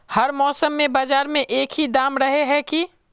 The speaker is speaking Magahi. हर मौसम में बाजार में एक ही दाम रहे है की?